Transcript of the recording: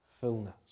fullness